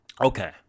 Okay